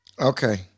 okay